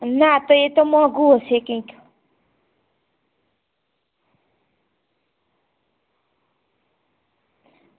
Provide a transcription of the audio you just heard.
ના તો એ તો મોંઘું હશે કંઈક